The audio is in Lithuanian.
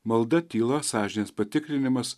malda tyla sąžinės patikrinimas